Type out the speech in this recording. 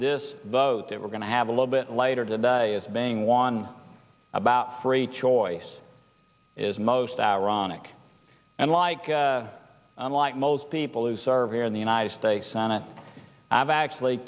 this vote that we're going to have a little bit later today as being one about free choice is most ironic and like unlike most people who serve here in the united states senate i've actually